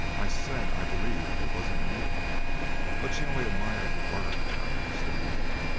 i said i believed it was an enigma but she only admired the word without understanding it.